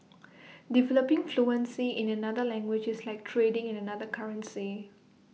developing fluency in another language is like trading in another currency